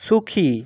সুখী